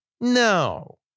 No